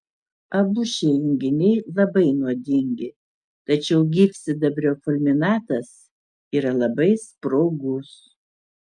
abu šie junginiai labai nuodingi tačiau gyvsidabrio fulminatas yra labai sprogus